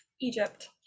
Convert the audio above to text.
Egypt